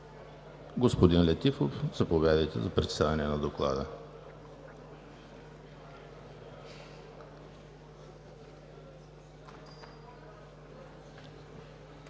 Господин Летифов, заповядайте за представяне на Доклада